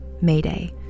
Mayday